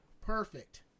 perfect